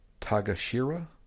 Tagashira